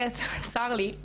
בי"ת צר לי,